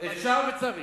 אפשר וצריך.